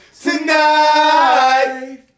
tonight